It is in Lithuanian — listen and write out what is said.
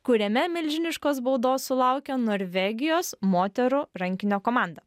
kuriame milžiniškos baudos sulaukė norvegijos moterų rankinio komanda